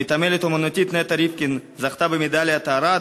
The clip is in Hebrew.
המתעמלת האמנותית נטע ריבקין זכתה במדליית ארד,